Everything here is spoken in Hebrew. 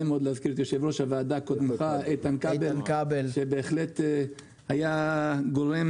יושב-ראש הוועדה איתן כבל שבהחלט היה גורם